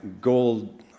gold